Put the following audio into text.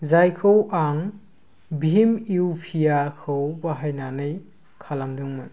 जायखौ आं भिम इउपिआइखौ बाहायनानै खालामदोंमोन